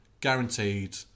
guaranteed